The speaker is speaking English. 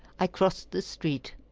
i crossed the street,